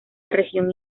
región